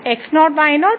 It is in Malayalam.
x0 y0